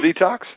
detox